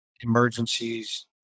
emergencies